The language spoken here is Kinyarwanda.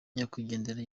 nyakwigendera